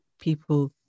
people